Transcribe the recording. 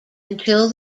until